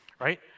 right